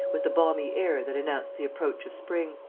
with the balmy air that announced the approach of spring.